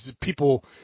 people